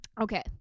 Okay